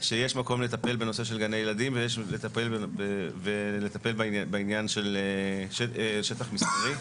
שיש מקום לטפל בנושא של גני ילדים ויש לטפל בעניין של שטח מסחרי.